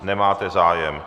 Nemáte zájem.